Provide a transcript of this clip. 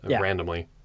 randomly